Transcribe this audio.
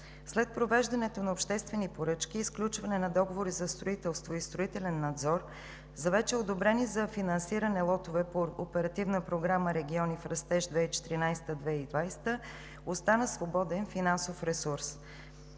След провеждането на обществени поръчки и сключване на договори за строителство и строителен надзор за вече одобрени за финансиране лотове по Оперативна програма „Региони в растеж 2014 – 2020 г.“ остана свободен финансов ресурс.